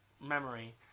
memory